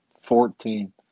Fourteen